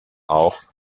auch